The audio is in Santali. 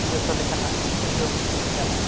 ᱡᱚᱛᱚ ᱞᱮᱠᱟᱱᱟᱜ ᱡᱚᱢ ᱧᱟᱢᱚᱜᱼᱟ